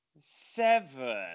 seven